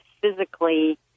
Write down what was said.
physically